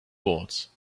boards